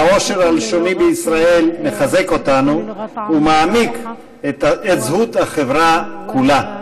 העושר הלשוני בישראל מחזק אותנו ומעמיק את זהות החברה כולה.